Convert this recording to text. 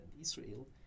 Israel